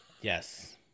yes